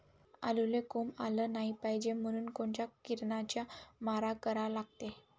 आलूले कोंब आलं नाई पायजे म्हनून कोनच्या किरनाचा मारा करा लागते?